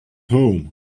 home